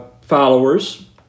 followers